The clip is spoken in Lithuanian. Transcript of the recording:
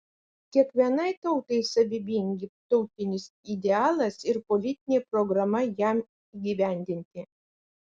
kiekvienai tautai savybingi tautinis idealas ir politinė programa jam įgyvendinti